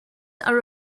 are